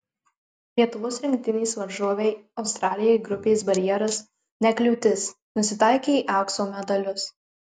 lietuvos rinktinės varžovei australijai grupės barjeras ne kliūtis nusitaikė į aukso medalius